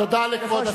תודה לכבוד השר.